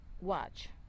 watch